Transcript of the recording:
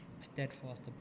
Steadfast